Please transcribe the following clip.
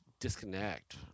disconnect